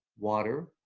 water,